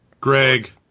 Greg